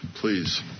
please